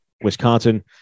Wisconsin